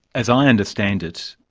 as i understand it,